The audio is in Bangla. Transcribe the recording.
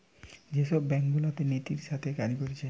যে সব ব্যাঙ্ক গুলাতে নীতির সাথে কাজ করতিছে